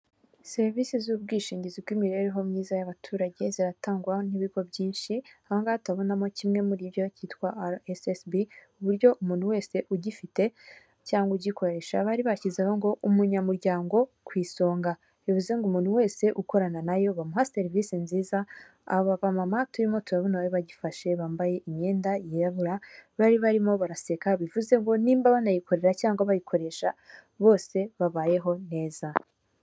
Serivisi z'ubwishingizi bw'imibereho myiza y'abaturage ziratangwaho n'ibigo byinshi, ahangaha turabonamo kimwe muri byo cyitwa araesesibi kuburyo umuntu wese ugifite cyangwa ugikoresha, bari bashyizeho ngo umunyamuryango ku isonga bivuze ngo umuntu wese ukorana nayo bamuha serivisi nziza aba bamama turimo turabonabari bari bagifashe bambaye imyenda yirabura bari barimo baraseka, bivuze ngo niba banagikorera cyangwa bayikoresha bose babayeho neza.